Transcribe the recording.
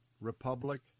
republic